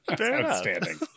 outstanding